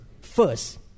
first